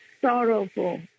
sorrowful